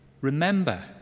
Remember